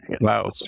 Wow